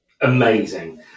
Amazing